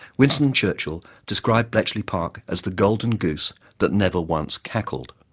winston churchill described bletchley park as the golden goose that never once cackled.